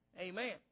Amen